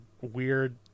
weird